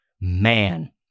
man